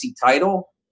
title